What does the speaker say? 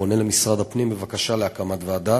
פונה למשרד הפנים בבקשה להקמת ועדה